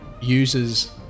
uses